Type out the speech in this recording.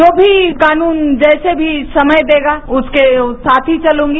जो भी कानून जैसे भी समय देगा उसके साथ ही चलूगी